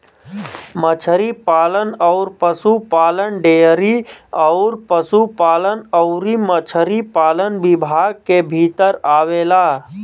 मछरी पालन अउर पसुपालन डेयरी अउर पसुपालन अउरी मछरी पालन विभाग के भीतर आवेला